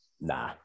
nah